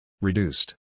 Reduced